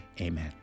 Amen